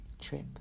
trip